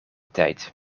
tijd